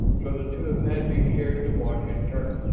so the two apaches shared the watch in turn,